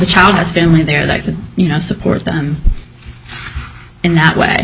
child has family there that you know support them in that way